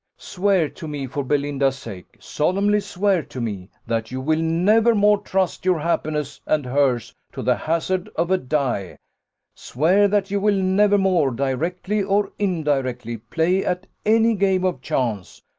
swear to me, for belinda's sake solemnly swear to me, that you will never more trust your happiness and hers to the hazard of a die swear that you will never more, directly or indirectly, play at any game of chance,